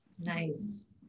Nice